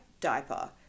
diaper